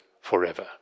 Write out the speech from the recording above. forever